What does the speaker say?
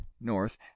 north